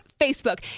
Facebook